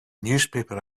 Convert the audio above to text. newspaper